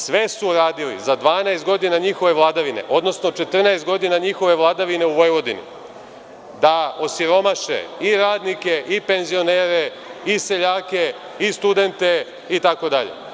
Sve su uradili za 12 godina njihove vladavine, odnosno 14 godina njihove vladavine u Vojvodini, da osiromaše i radnike i penzionere i seljake i studente itd.